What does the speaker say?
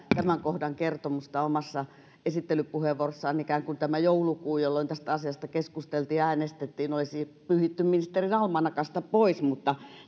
tämän kohdan kertomista omassa esittelypuheenvuorossaan ikään kuin tämä joulukuu jolloin tästä asiasta keskusteltiin ja äänestettiin olisi pyyhitty ministerin almanakasta pois mutta